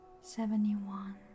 seventy-one